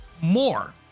more